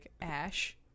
ash